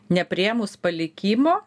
nepriėmus palikimo